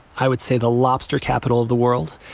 i would say, the lobster capital of the world,